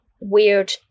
weird